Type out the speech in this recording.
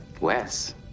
Wes